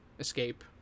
escape